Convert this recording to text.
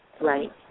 Right